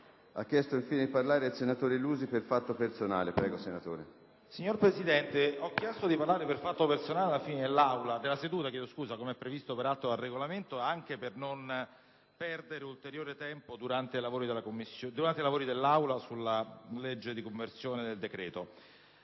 Signor Presidente, ho chiesto di parlare per fatto personale alla fine della seduta, come previsto peraltro dal Regolamento, anche per non perdere ulteriore tempo durante i lavori dell'Assemblea sul disegno di legge di conversione del decreto.